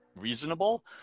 reasonable